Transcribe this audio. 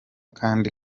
kandi